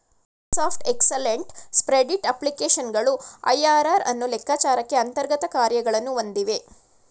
Microsoft excellent spreadsheet ಅಪ್ಲಿಕೇಶನ್ಗಳು IRR ಅನ್ನು ಲೆಕ್ಕಚಾರಕ್ಕೆ ಅಂತರ್ಗತ ಕಾರ್ಯಗಳನ್ನು ಹೊಂದಿವೆ